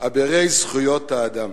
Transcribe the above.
אבירי זכויות האדם,